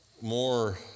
more